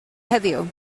heddiw